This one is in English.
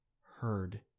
heard